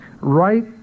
Right